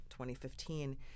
2015